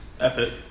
Epic